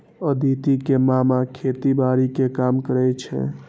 अदिति के मामा खेतीबाड़ी के काम करै छै